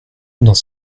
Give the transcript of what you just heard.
dans